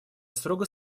строго